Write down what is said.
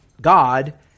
God